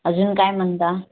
अजून काय म्हणता